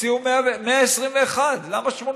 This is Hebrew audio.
תציעו 121, למה 80?